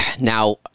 now